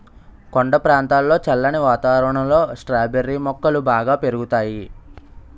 కొండ ప్రాంతంలో చల్లని వాతావరణంలో స్ట్రాబెర్రీ మొక్కలు బాగా పెరుగుతాయి